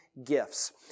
Gifts